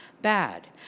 Bad